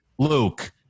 Luke